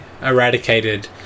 eradicated